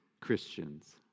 Christians